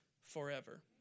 Forever